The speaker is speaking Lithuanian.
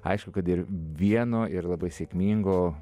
aišku kad ir vieno ir labai sėkmingo